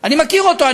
אני מכיר אותו.